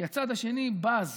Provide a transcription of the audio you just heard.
כי הצד השני בז